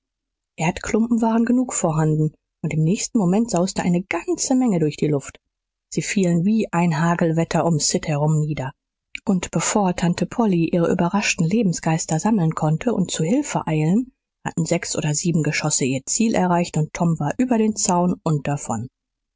erdklumpen waren genug vorhanden und im nächsten moment sausten eine ganze menge durch die luft sie fielen wie ein hagelwetter um sid herum nieder und bevor tante polly ihre überraschten lebensgeister sammeln konnte und zu hilfe eilen hatten sechs oder sieben geschosse ihr ziel erreicht und tom war über den zaun und davon